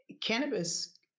cannabis